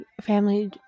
family